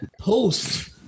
post